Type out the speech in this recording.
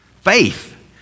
Faith